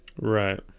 Right